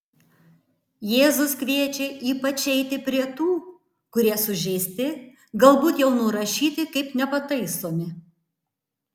jėzus kviečia ypač eiti prie tų kurie sužeisti galbūt jau nurašyti kaip nepataisomi